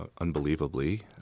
unbelievably